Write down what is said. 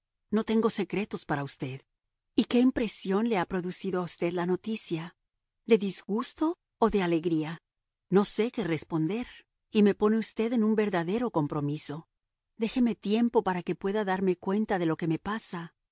no tengo secretos para usted y qué impresión le ha producido a usted la noticia de disgusto o de alegría no sé qué responder y me pone usted en un verdadero compromiso déjeme tiempo para que pueda darme cuenta de lo que me pasa